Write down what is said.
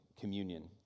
communion